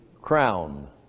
crown